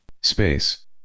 Space